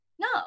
No